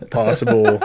possible